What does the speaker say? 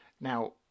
Now